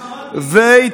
ולמוחרת,